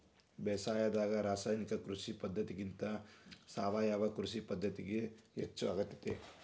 ಬೇಸಾಯದಾಗ ರಾಸಾಯನಿಕ ಕೃಷಿ ಪದ್ಧತಿಗಿಂತ ಸಾವಯವ ಕೃಷಿ ಪದ್ಧತಿಗೆ ಹೆಚ್ಚು ಆದ್ಯತೆ